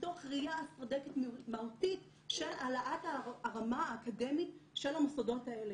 מתוך ראיה אסטרטגית מהותית של העלאת הרמה האקדמית של המוסדות האלה.